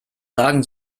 sagen